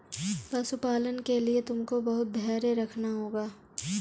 पशुपालन के लिए तुमको बहुत धैर्य रखना होगा